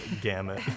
gamut